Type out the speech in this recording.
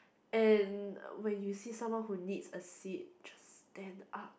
and when you see someone who needs a seat just stand up